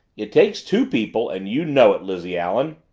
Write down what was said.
it takes two people and you know it, lizzie allen!